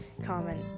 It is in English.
Comment